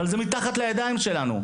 אבל זה מתחת לידיים שלנו.